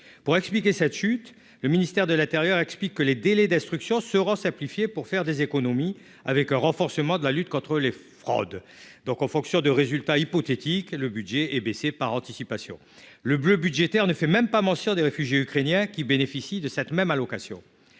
pour expliquer cette chute, le ministère de l'Intérieur, explique que les délais d'instruction sera simplifiée pour faire des économies, avec un renforcement de la lutte contre les fraudes, donc en fonction de résultats hypothétiques et le budget est baissé par anticipation le bleu budgétaire ne fait même pas mention des réfugiés ukrainiens qui bénéficient de cette même allocation